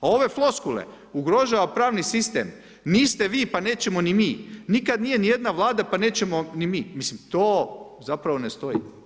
A ove floskule, ugrožava pravni sistem, niste vi pa nećemo ni mi, nikad nije nijedna Vlada pa nećemo ni mi, mislim to zapravo ne stoji.